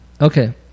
Okay